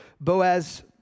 Boaz